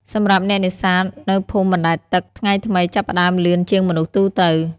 សម្រាប់អ្នកនេសាទនៅភូមិបណ្តែតទឹក ថ្ងៃថ្មីចាប់ផ្តើមលឿនជាងមនុស្សទូទៅ។